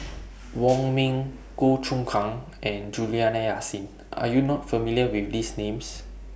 Wong Ming Goh Choon Kang and Juliana Yasin Are YOU not familiar with These Names